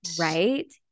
Right